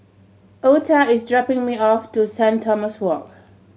Ota is dropping me off to Saint Thomas Walk